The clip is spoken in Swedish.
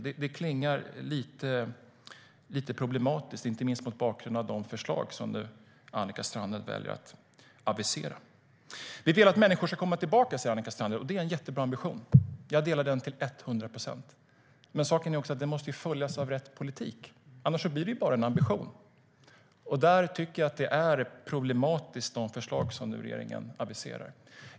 Det låter lite illavarslande, inte minst mot bakgrund av de förslag som Annika Strandhäll väljer att avisera. Vi vill att människor ska komma tillbaka, säger Annika Strandhäll. Det är en jättebra ambition. Jag delar den till etthundra procent. Men den måste följas av rätt politik, annars blir det bara en ambition. Där tycker jag att de förslag som regeringen nu aviserar är problematiska.